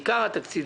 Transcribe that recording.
בעיקר התקציב,